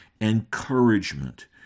Encouragement